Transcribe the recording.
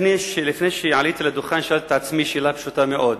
לפני שעליתי לדוכן שאלתי את עצמי שאלה פשוטה מאוד: